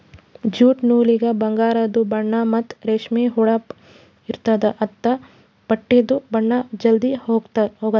jute ನೂಲಿಗ ಬಂಗಾರದು ಬಣ್ಣಾ ಮತ್ತ್ ರೇಷ್ಮಿ ಹೊಳಪ್ ಇರ್ತ್ತದ ಅಂಥಾ ಬಟ್ಟಿದು ಬಣ್ಣಾ ಜಲ್ಧಿ ಹೊಗಾಲ್